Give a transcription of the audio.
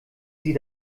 sie